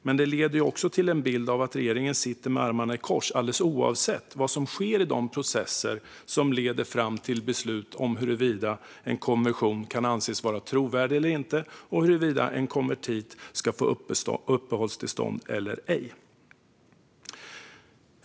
Men det leder också till en bild av att regeringen sitter med armarna i kors alldeles oavsett vad som sker i de processer som leder fram till beslut om huruvida en konvertering kan anses vara trovärdig eller inte och huruvida en konvertit ska få uppehållstillstånd eller ej.